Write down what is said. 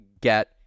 get